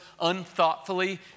unthoughtfully